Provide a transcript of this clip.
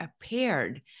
appeared